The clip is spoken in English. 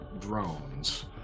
drones